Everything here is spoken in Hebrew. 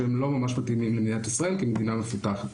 שהם לא ממש מתאימים למדינת ישראל כמדינה מפותחת.